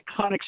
iconic